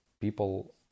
People